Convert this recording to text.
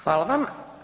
Hvala vam.